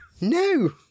no